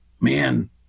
man